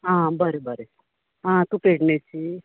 आं बरें बरें आं तूं पेडणेची